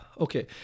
Okay